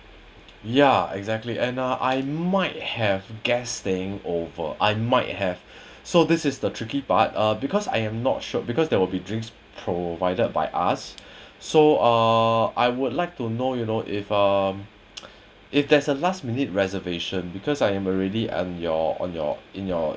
ya exactly and uh I might have guest staying over I might have so this is the tricky part uh because I am not sure because there will be drinks provided by us so uh I would like to know you know if um if there's a last minute reservation because I am already and your on your in your